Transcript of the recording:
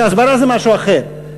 שהסברה זה משהו אחר.